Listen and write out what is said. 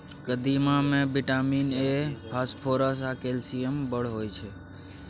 कदीमा मे vitamin A, phosphorus आ कैल्शियम बड़ होइ छै